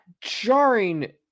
jarring